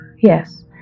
Yes